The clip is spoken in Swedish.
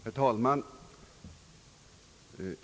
Herr talman!